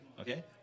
okay